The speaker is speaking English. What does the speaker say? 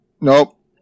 nope